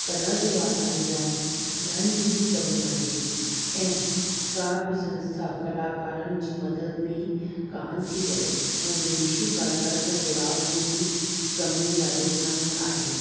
कला जे वाधारे लाइ धन जी बि कमी आहे ऐं का बि संस्था कलाकारनि जी मदद बि कान थी करे ऐं विदेशी भाषा सां जुड़ाव जी बि कमी राजस्थान में आहे